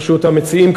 ברשות המציעים,